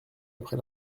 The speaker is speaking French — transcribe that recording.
après